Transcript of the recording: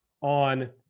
on